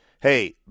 hey